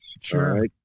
Sure